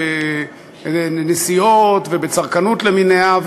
בנסיעות ובצרכנות למיניה,